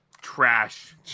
trash